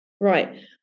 Right